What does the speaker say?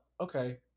Okay